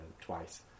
twice